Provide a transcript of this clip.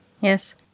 yes